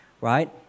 right